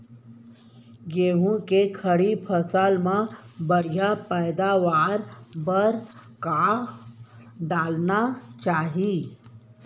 गेहूँ के खड़ी फसल मा बढ़िया पैदावार बर का डालना चाही?